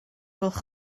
gwelwch